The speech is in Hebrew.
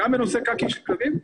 גם בנושא קקי של כלבים.